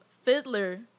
Fiddler